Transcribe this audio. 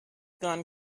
gone